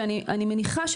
שאני מניחה,